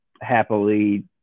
happily